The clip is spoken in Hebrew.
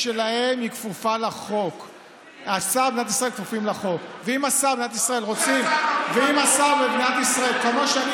הוא עובד למען, זו בורות, סלח לי.